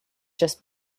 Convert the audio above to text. just